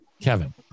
Kevin